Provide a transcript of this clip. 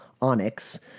Onyx